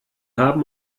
haben